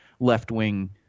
left-wing